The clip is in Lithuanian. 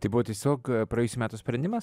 tai buvo tiesiog praėjusių metų sprendimas